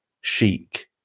chic